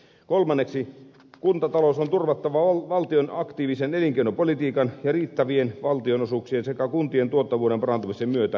kolmanneksi kuntatalous on turvattava valtion aktiivisen elinkeinopolitiikan ja riittävien valtionosuuksien sekä kuntien tuottavuuden parantumisen myötä